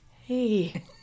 hey